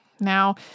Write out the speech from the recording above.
Now